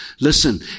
Listen